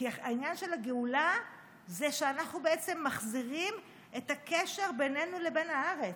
כי העניין של הגאולה זה שאנחנו מחזירים את הקשר בינינו לבין הארץ.